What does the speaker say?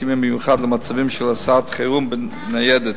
מתאימים במיוחד למצבים של הסעת חירום בניידת.